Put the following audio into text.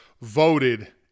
voted